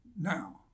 now